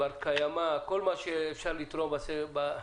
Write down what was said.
בר קיימא, כל מה שאפשר לתרום בתחום,